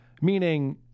meaning